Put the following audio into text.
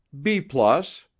b plus.